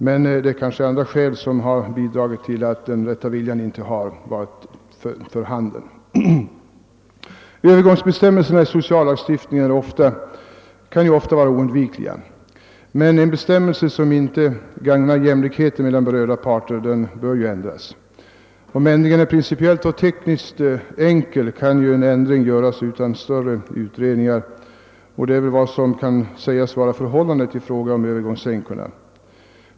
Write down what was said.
Men det är kanske andra skäl som har bidragit till att den rätta viljan inte har varit för handen. Övergångsbestämmelser vid <sociallagstiftning kan ju ofta vara oundvikliga, men en bestämmelse som inte gagnar jämlikheten mellan berörda parter bör dock ändras. Om ändringen är princi piellt och tekniskt enkel kan den göras utan större utredningar, och detta är väl förhållandet beträffande övergångsänkorna.